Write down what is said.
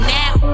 now